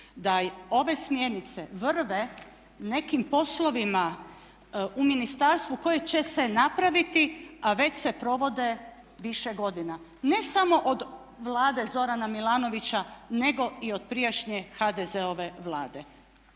da ove smjernice vrve nekim poslovima u ministarstvu koje će se napraviti, a već se provode više godina ne samo od Vlade Zorana Milanovića, nego i od prijašnje HDZ-ove Vlade.